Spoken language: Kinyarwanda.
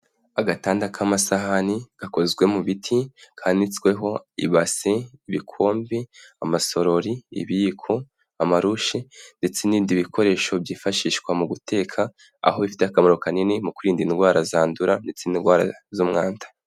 Agatanda k'amasahani gakozwe mu biti kanitsweho ibase, ibikombe, amasorori, ibiyiku, amarushi ndetse n'ibindi bikoresho byifashishwa mu guteka aho bifite akamaro kanini mu kwirinda indwara zandura ndetse n'indwara z'umwanda.